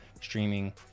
streaming